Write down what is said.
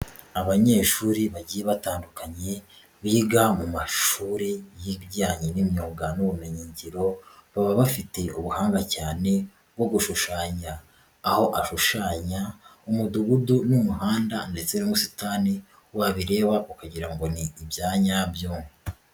Abanyeshuri bagiye batandukanye biga mu mashuri y'ibijyanye n'imyuga n'ubumenyingiro baba bafite ubuhanga cyane bwo gushushanya aho ashushanya Umudugudu n'umuhanda ndetse n'umusitani wabireba ukagira ngo ni ibya nyabyo.